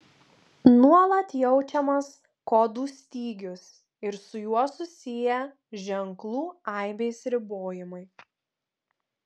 nuolat jaučiamas kodų stygius ir su juo susiję ženklų aibės ribojimai